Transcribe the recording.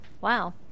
Wow